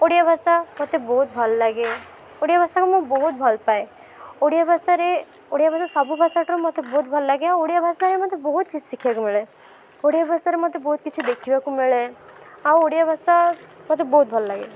ଓଡ଼ିଆ ଭାଷା ମୋତେ ବହୁତ ଭଲ ଲାଗେ ଓଡ଼ିଆ ଭାଷାକୁ ମୁଁ ବହୁତ ଭଲ ପାଏ ଓଡ଼ିଆ ଭାଷାରେ ଓଡ଼ିଆ ଭାଷାରେ ସବୁ ଭାଷାଠୁ ମୋତେ ଭଲ ଲାଗେ ଆଉ ଓଡ଼ିଆ ଭାଷାରେ ମୋତେ ବହୁତ କିଛି ଶିଖିବାକୁ ମିଳେ ଓଡ଼ିଆ ଭାଷାରେ ମୋତେ ବହୁତ କିଛି ଦେଖିବାକୁ ମିଳେ ଆଉ ଓଡ଼ିଆ ଭାଷା ମୋତେ ବହୁତ ଭଲ ଲାଗେ